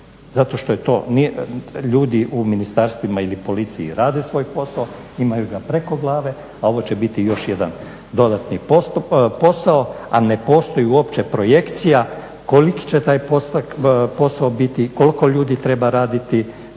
zato što ljudi u ministarstvima ili policiji rade svoj posao, imaju ga preko glave, a ovo će biti još jedan dodatni posao, a ne postoje uopće projekcija koliki će taj posao biti, koliko ljudi treba raditi,